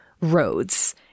roads